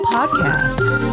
Podcasts